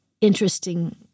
Interesting